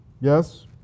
Yes